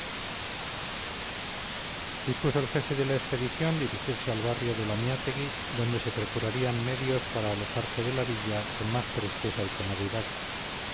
el jefe de la expedición dirigirse al barrio de lamiátegui donde se procurarían medios para alejarse de la villa con más presteza y comodidad